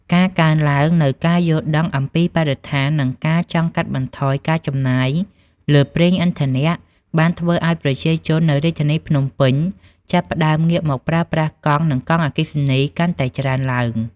ការកើនឡើងនូវការយល់ដឹងអំពីបរិស្ថាន និងការចង់កាត់បន្ថយការចំណាយលើប្រេងឥន្ធនៈ បានធ្វើឱ្យប្រជាជននៅរាជធានីភ្នំពេញចាប់ផ្តើមងាកមកប្រើប្រាស់កង់ និងកង់អគ្គិសនីកាន់តែច្រើនឡើង។